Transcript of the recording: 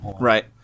Right